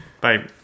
Bye